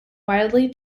widely